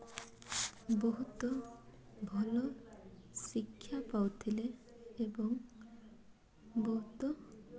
ବହୁତ ଭଲ ଶିକ୍ଷା ପାଉଥିଲେ ଏବଂ ବହୁତ